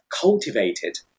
cultivated